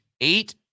eight